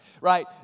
Right